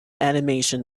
animation